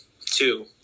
two